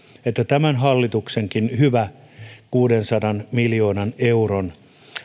että tämän hallituksenkaan hyvä kuudensadan miljoonan euron